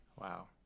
wow